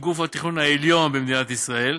שהיא גוף התכנון העליון במדינת ישראל,